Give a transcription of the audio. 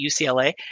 UCLA